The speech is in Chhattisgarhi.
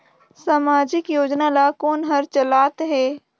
समाजिक योजना ला कोन हर चलाथ हे?